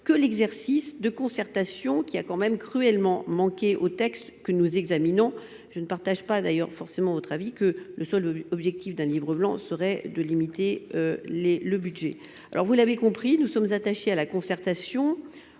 que l'exercice de concertation qui a quand même cruellement manqué au texte que nous examinons. Je ne partage pas d'ailleurs forcément votre avis que le seul objectif d'un livre blanc serait de limiter les le budget. Alors vous l'avez compris, nous sommes attachés à la concertation